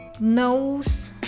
nose